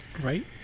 right